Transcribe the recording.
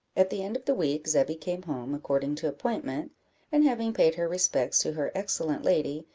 at the end of the week, zebby came home, according to appointment and having paid her respects to her excellent lady,